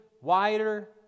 wider